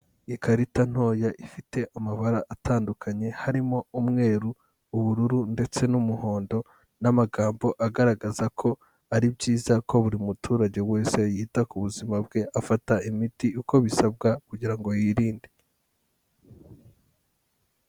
Ikarita ntoya ifite amabara atandukanye, harimo umweru, ubururu ndetse n'umuhondo n'amagambo agaragaza ko ari byiza ko buri muturage wese yita ku buzima bwe, afata imiti uko bisabwa kugira ngo yirinde.